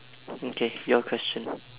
okay your question